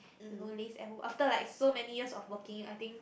you know live and after like so many years of working I think